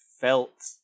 felt